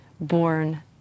born